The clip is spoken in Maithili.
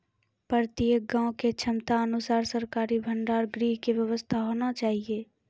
प्रत्येक गाँव के क्षमता अनुसार सरकारी भंडार गृह के व्यवस्था होना चाहिए?